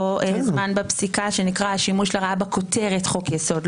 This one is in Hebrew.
זמן בפסיקה שנקרא שימוש לרעה בכותרת חוק יסוד.